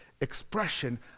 expression